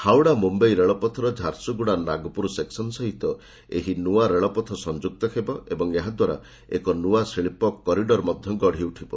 ହାଓ୍ୱଡ଼ା ମୁମ୍ୟାଇ ରେଳପଥର ଝାରସୁଗୁଡ଼ା ନାଗପୁର ସେକ୍ସନ୍ ସହିତ ଏହି ନୂଆ ରେଳପଥ ସଂଯୁକ୍ତ ହେବ ଏବଂ ଏହାଦ୍ୱାରା ଏକ ନୂଆ ଶିଳ୍ପ କରିଡ଼ର ମଧ୍ୟ ଗଢ଼ି ଉଠିବ